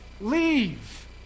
leave